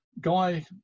Guy